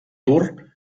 tour